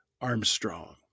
Armstrong